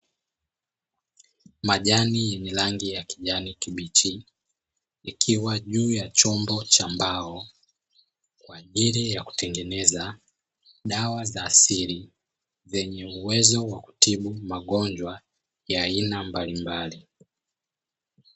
Majani yenye rangi ya kijani kibichi, ikiwa juu ya chombo cha mbao kwa ajili ya kutengeneza dawa za asili, zenye uwezo wa kutibu magonjwa ya aina mbalimbali.